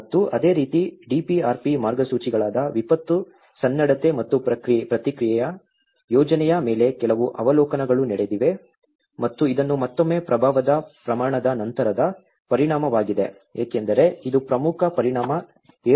ಮತ್ತು ಅದೇ ರೀತಿ DPRP ಮಾರ್ಗಸೂಚಿಗಳಾದ ವಿಪತ್ತು ಸನ್ನದ್ಧತೆ ಮತ್ತು ಪ್ರತಿಕ್ರಿಯೆ ಯೋಜನೆಯ ಮೇಲೆ ಕೆಲವು ಅವಲೋಕನಗಳು ನಡೆದಿವೆ ಮತ್ತು ಇದು ಮತ್ತೊಮ್ಮೆ ಪ್ರಭಾವದ ಪ್ರಮಾಣದ ನಂತರದ ಪರಿಣಾಮವಾಗಿದೆ ಏಕೆಂದರೆ ಇದು ಪ್ರಮುಖ ಪರಿಣಾಮ 7